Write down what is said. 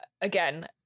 again